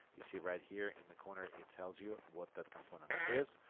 you see right here in the corner it tells you what that component is.